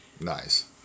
nice